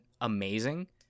amazing